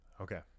Okay